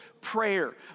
prayer